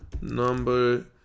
Number